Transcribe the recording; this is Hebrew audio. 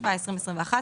התשפ"א 2021 ,